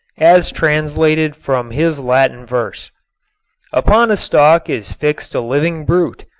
as translated from his latin verse upon a stalk is fixed a living brute,